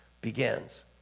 begins